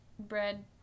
bread